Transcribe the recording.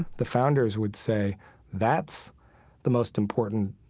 the founders would say that's the most important